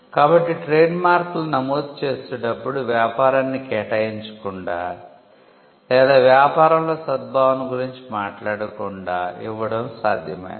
కాబట్టి ట్రేడ్మార్క్లను నమోదు చేసేటప్పుడు వ్యాపారాన్ని కేటాయించకుండా లేదా వ్యాపారంలో సద్భావన గురించి మాట్లాడకుండా ఇవ్వడం సాధ్యమైంది